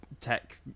tech